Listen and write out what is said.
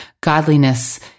godliness